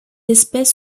espèce